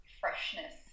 freshness